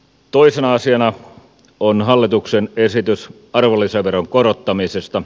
toisena asiana on hallituksen esitys arvonlisäveron korottamisesta